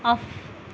of